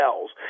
cells